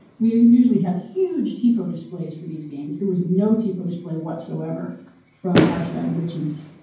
we usually have huge tv displays for these games. there was no tv display whatsoever from our side which is